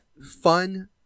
fun